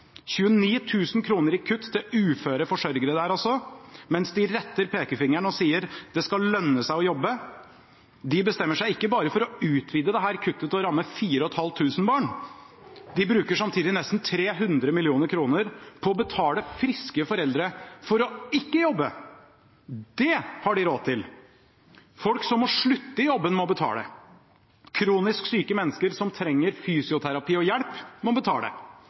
000 kroner i kutt til uføre forsørgere – mens de retter ut pengefingeren og sier at det skal lønne seg å jobbe, bestemmer seg ikke bare for å utvide dette kuttet til å ramme 4 500 barn, de bruker samtidig nesten 300 mill. kr på å betale friske foreldre for ikke å jobbe. Det har de råd til. Folk som må slutte i jobben, må betale. Kronisk syke mennesker som trenger fysioterapi og hjelp, må betale.